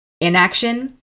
inaction